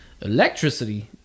Electricity